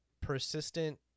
persistent